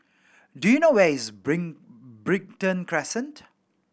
do you know where is Brighton Crescent